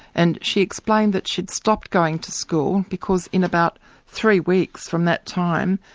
and she explained that she'd stopped going to school because in about three weeks from that time,